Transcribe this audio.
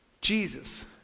Jesus